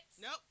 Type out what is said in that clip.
Nope